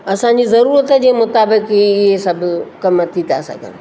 असांजी ज़रूरत जे मुताबिक ई इहे सभु कम थी था सघनि